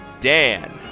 Dan